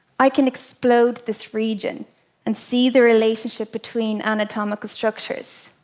i can explode this region and see the relationship between anatomical structures.